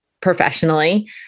professionally